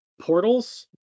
portals